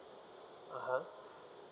(uh huh)